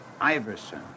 Iverson